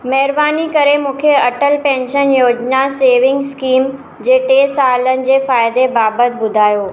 महिरबानी करे मूंखे Atal pension Yojana savings scheme जे टे सालनि जे फ़ाइदे बाबति ॿुधायो